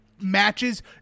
Matches